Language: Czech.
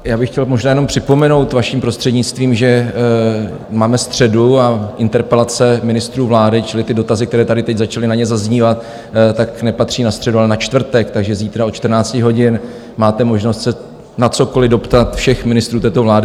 Já bych chtěl možná jenom připomenout vaším prostřednictvím, že máme středu a interpelace ministrů vlády, čili ty dotazy, které tady teď začaly na ně zaznívat, nepatří na středu, ale na čtvrtek, takže zítra od 14 hodin máte možnost se na cokoliv doptat všech ministrů této vlády.